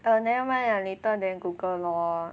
err never mind lah later than Google lor